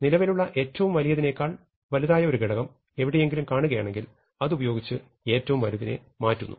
നിലവിലുള്ള ഏറ്റവും വലുതിനെക്കാൾ വലുതായ ഒരു ഘടകം എവിടെയെങ്കിലും കാണുകയാണെങ്കിൽ അതുപയോഗിച്ച് ഏറ്റവും വലുതിനെ മാറ്റുന്നു